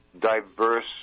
diverse